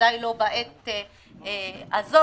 ובוודאי לא בעת הזו,